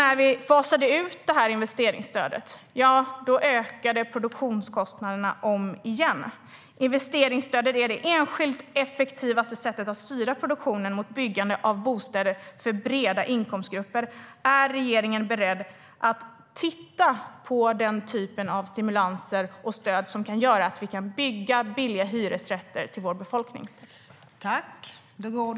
När vi fasade ut investeringsstödet ökade produktionskostnaderna igen.